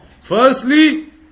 Firstly